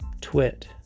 twit